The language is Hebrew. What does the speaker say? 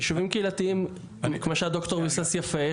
יישובים קהילתיים כמו שהד"ר ביסס יפה,